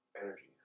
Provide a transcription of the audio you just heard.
Energies